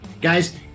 guys